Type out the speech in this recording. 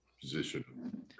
position